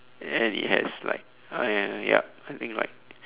and it has like ah ya ya yup I think like